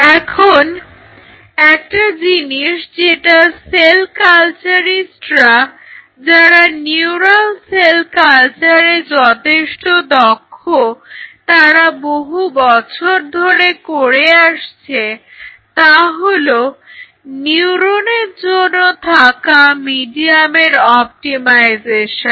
এখন একটা জিনিস যেটা সেল কালচারিস্টরা যারা নিউরাল সেল কালচারে যথেষ্ট দক্ষ তারা বহু বছর ধরে করে আসছে তা হলো নিউরনের জন্য থাকা মিডিয়ামের অপটিমাইজেশন